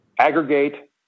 Aggregate